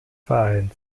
vereins